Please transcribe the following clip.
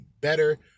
better